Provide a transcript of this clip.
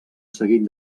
seguit